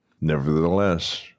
Nevertheless